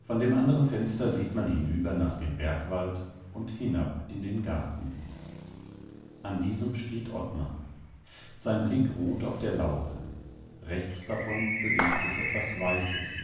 von dem anderen fenster sieht man hinüber nach dem bergwald und hinab in den garten an diesem steht ottmar sein blick ruht auf der laube rechts davon bewegt sich etwas weißes